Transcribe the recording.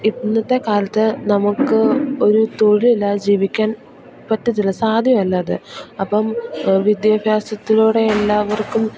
ഇന്നത്തെ കാലത്ത് നമുക്ക് ഒരു തൊഴിലില്ലാതെ ജീവിക്കാൻ പറ്റത്തില്ല സാധ്യമല്ല അത് അപ്പം വിദ്യാഭ്യാസത്തിലൂടെ എല്ലാവർക്കും